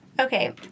Okay